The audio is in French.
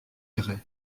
grès